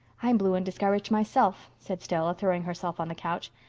i'm blue and discouraged myself, said stella, throwing herself on the couch.